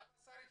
למה צריך